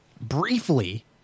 briefly